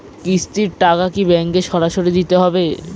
কিস্তির টাকা কি ব্যাঙ্কে সরাসরি দিতে হবে?